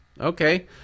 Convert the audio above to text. Okay